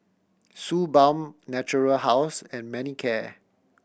Suu Balm Natura House and Manicare